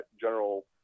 general